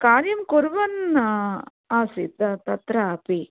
कार्यं कुर्वन्नासीत् तत्रापि